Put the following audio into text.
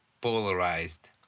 polarized